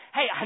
Hey